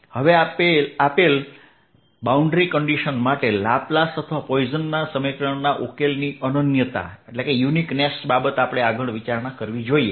હવે આપેલ boundary condition માટે લાપ્લાસ અથવા પોઇસનના સમીકરણના ઉકેલની અનન્યતા બાબત આગળ વિચારણા કરવી જોઈએ